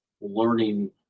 learning